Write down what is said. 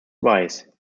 wise